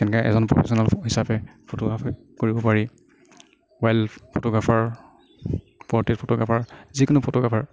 কেনেকে এজন প্ৰফেশ্যনেল হিচাপে ফটোগ্ৰাফি কৰিব পাৰি ৱাইল্ড ফটোগ্ৰাফাৰ পৰট্ৰৰেইট ফটোগ্ৰাফাৰ যিকোনো ফটোগ্ৰাফাৰ